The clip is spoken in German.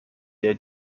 der